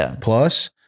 plus